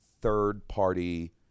third-party